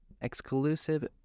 exclusive